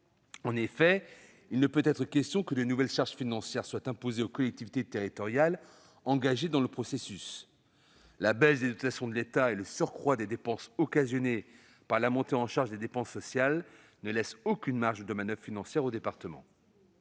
En effet, il ne peut être question d'imposer de nouvelles charges financières aux collectivités territoriales engagées dans le processus. La baisse des dotations de l'État et le surcroît de dépenses occasionné par la montée en charge des dépenses sociales ne laissent aucune marge de manoeuvre financière aux départements.